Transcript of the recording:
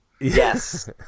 Yes